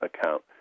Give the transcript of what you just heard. account